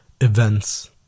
events